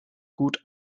gut